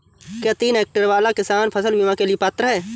क्या तीन हेक्टेयर वाला किसान फसल बीमा के लिए पात्र हैं?